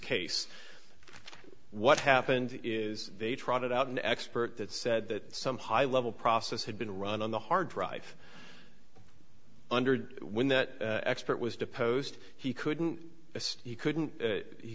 case what happened is they trotted out an expert that said that some high level process had been run on the hard drive under when that expert was deposed he couldn't he couldn't he